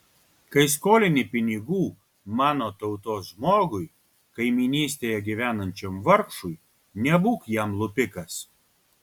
kai skolini pinigų mano tautos žmogui kaimynystėje gyvenančiam vargšui nebūk jam lupikas